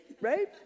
right